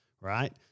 right